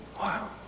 Wow